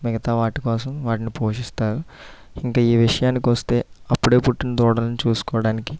మిగతావాటి కోసం వాటిని పోషిస్తారు ఇంకా ఈ విషయానికి వస్తే అప్పుడే పుట్టిన దూడలని చూసుకోవడానికి